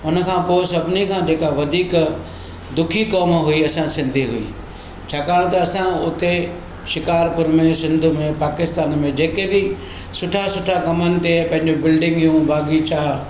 हुन खां पोइ सभिनी खां जेका वधीक दुखी क़ौम हुई असां सिंधी हुई छाकाणि त असां उते शिकारपुर में सिंध में पाकिस्तान में जेके बि सुठा सुठा घमनि ते पेंजियूं बिल्डिंगियूं बाग़ीचा